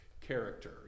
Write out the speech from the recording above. character